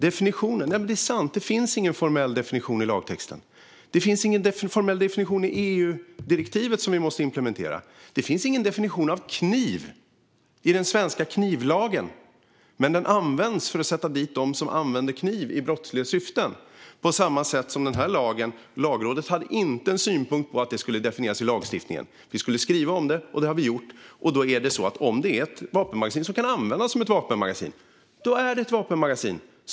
Det är sant att det inte finns någon formell definition i lagtexten. Det finns ingen formell definition i EU-direktivet som vi måste implementera. Det finns ingen definition av "kniv" i den svenska knivlagen heller, men den används ändå för att sätta dit dem som använder kniv i brottsliga syften. Lagrådet hade inte någon synpunkt på att det skulle definieras i lagstiftningen. Vi skulle skriva om det, och det har vi gjort. Då är det så att om det är ett vapenmagasin som kan användas som ett vapenmagasin, då är det ett vapenmagasin.